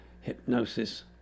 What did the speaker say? hypnosis